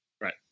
Right